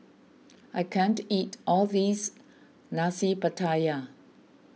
I can't eat all of this Nasi Pattaya